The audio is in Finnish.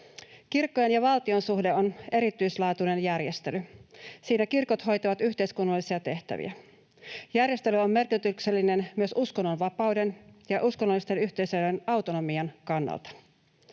Kirkkojen ja valtion suhde on erityislaatuinen järjestely. Siinä kirkot hoitavat yhteiskunnallisia tehtäviä. Järjestely on merkityksellinen myös uskonnonvapauden ja uskonnollisten yhteisöjen autonomian kannalta.